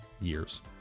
years